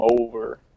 over